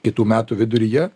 kitų metų viduryje